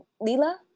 Lila